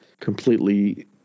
completely